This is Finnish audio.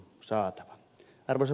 arvoisa puhemies